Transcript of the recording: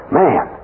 man